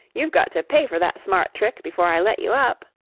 you've got to pay for that smart trick before i let you up.